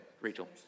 Rachel